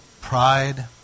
pride